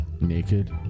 naked